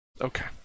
Okay